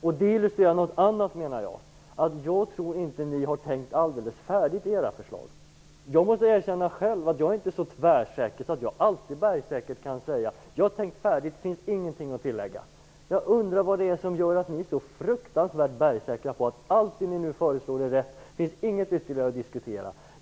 Det illustrerar något annat, menar jag, nämligen att jag tror att ni inte har tänkt färdigt i era förslag. Jag måste själv erkänna att jag inte är så tvärsäker att jag alltid kan säga att jag har tänkt färdigt och att det inte finns någonting att tillägga. Jag undrar vad det är som gör att ni är så fruktansvärt bergsäkra på att allt det ni nu föreslår är rätt, att det inte finns något ytterligare att diskutera.